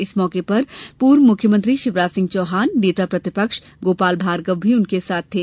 इस मौके पर पूर्व मुख्यमंत्री शिवराज सिंह चौहान नेता प्रतिपक्ष गोपाल भार्गव भी उनके साथ थे